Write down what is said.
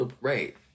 Right